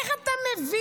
איך אתה מבין?